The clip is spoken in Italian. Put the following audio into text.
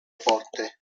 porte